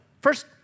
First